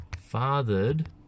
fathered